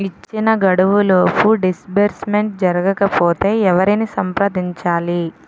ఇచ్చిన గడువులోపు డిస్బర్స్మెంట్ జరగకపోతే ఎవరిని సంప్రదించాలి?